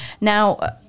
Now